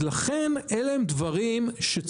אז לכן אלה הם דברים שצריך לבדוק.